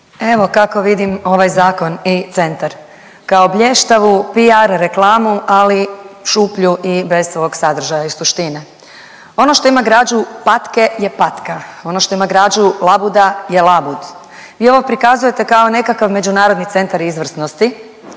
Evo kako vidim ovaj zakon i centar, kao blještavu PR reklamu, ali šuplju i veselog sadržaja i suštine. Ono što ima građu patke je patka, ono što ima građu labuda je labud, vi ovo prikazujete kako nekakav Međunarodni centar izvrsnosti,